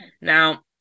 Now